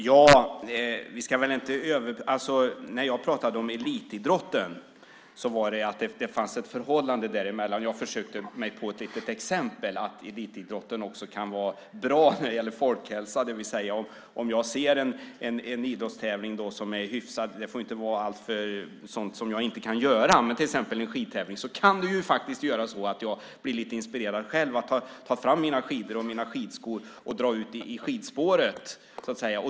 Herr talman! När jag pratade om elitidrotten handlade det om att det fanns ett förhållande däremellan. Jag försökte ge ett litet exempel på att elitidrotten också kan vara bra när det gäller folkhälsa. Låt oss säga att jag ser en idrottstävling. Det får inte vara sådant som jag inte kan göra, men det kan vara till exempel en skidtävling. Det kan faktiskt göra att jag blir lite inspirerad och själv tar fram mina skidor och mina pjäxor och drar ut i skidspåret.